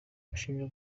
bashinjwa